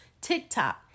TikTok